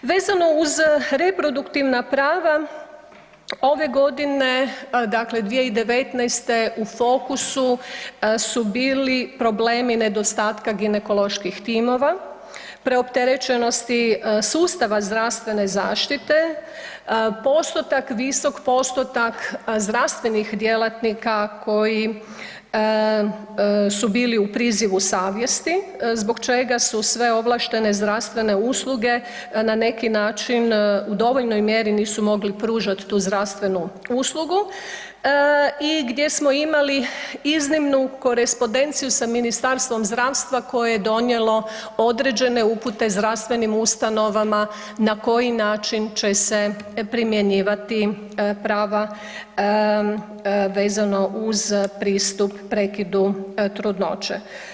Vezano uz reproduktivna prava ove godine, dakle 2019. u fokusu su bili problemi nedostatka ginekoloških timova, preopterećenosti sustava zdravstvene zaštite, postotak, visok postotak zdravstvenih djelatnika koji su bili u prizivu savjesti zbog čega su sve ovlaštene zdravstvene usluge na neki način u dovoljnoj mjeri nisu mogli pružat tu zdravstvenu uslugu i gdje smo imali iznimnu korespondenciju sa Ministarstvom zdravstva koje je donijelo određene upute zdravstvenim ustanovama na koji način će se primjenjivati prava vezano uz pristup prekidu trudnoće.